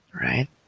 right